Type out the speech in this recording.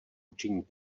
učení